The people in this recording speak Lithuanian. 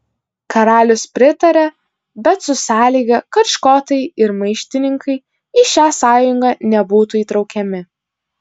karalius pritaria bet su sąlyga kad škotai ir maištininkai į šią sąjungą nebūtų įtraukiami